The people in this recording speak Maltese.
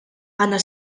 għandna